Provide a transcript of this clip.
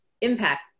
impact